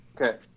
Okay